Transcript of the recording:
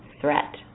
threat